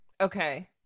Okay